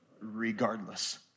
regardless